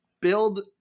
Build